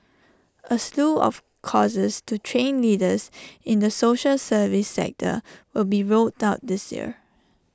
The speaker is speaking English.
A slew of courses to train leaders in the social service sector will be rolled out this year